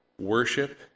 worship